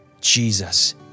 Jesus